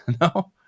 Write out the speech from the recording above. no